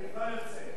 אני כבר יוצא.